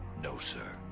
no sir.